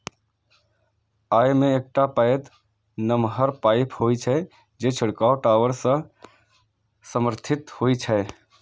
अय मे एकटा पैघ नमहर पाइप होइ छै, जे छिड़काव टावर सं समर्थित होइ छै